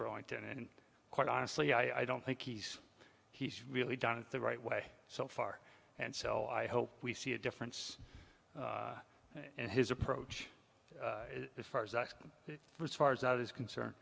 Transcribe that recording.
burlington and quite honestly i don't think he's he's really done it the right way so far and so i hope we see a difference in his approach as far as first far as that is concerned